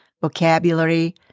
vocabulary